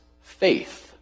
faith